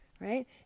right